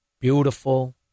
beautiful